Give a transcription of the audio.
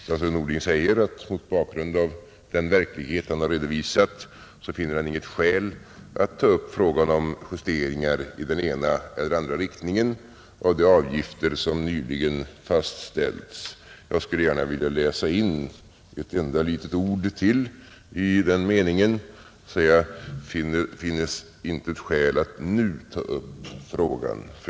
Statsrådet Norling säger, att han, mot bakgrund av den verklighet han redovisat, inte finner något ”skäl att ta upp frågan om justeringar i den ena eller andra riktningen av de avgifter som nyligen fastställts”. Jag skulle gärna vilja läsa in ytterligare ett litet ord i den meningen och säga att det inte ”finns skäl att nu ta upp frågan”.